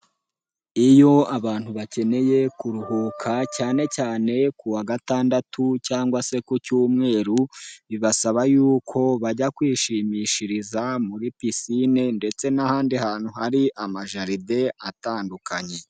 Iyo abantu bakeneye kuruhuka cyane cyane kuwa gatandatu cyangwa se ku cyumweru, bibasaba y'uko bajya kwishimishiriza muri pisine ndetse n'ahandi hantu hari amajaride atandukanye.